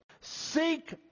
Seek